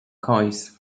coins